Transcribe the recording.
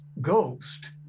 ghost